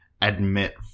admit